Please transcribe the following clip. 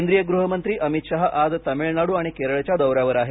केंद्रीय गृहमंत्री अमित शहा आज तामिळनाडू आणि केरळच्या दौऱ्यावर आहेत